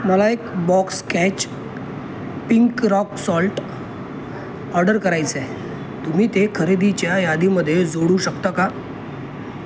मला एक box Catch pink rock salt order करायचं आहे तुम्ही ते खरेदीच्या यादीमध्ये जोडू शकता का